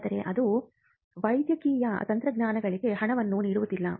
ಆದರೆ ಇದು ವೈದ್ಯಕೀಯ ತಂತ್ರಜ್ಞಾನಗಳಿಗೆ ಹಣವನ್ನು ನೀಡುವುದಿಲ್ಲ